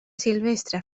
silvestre